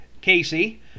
Casey